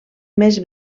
més